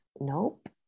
Nope